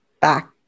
back